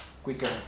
quicker